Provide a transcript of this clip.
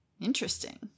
Interesting